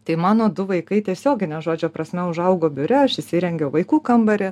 tai mano du vaikai tiesiogine žodžio prasme užaugo biure aš įsirengiau vaikų kambarį